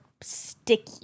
sticky